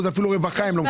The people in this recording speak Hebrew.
אפיל רווחה הן לא מקבלות.